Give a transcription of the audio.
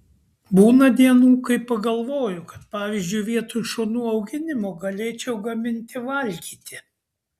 būna dienų kai pagalvoju kad pavyzdžiui vietoj šunų auginimo galėčiau gaminti valgyti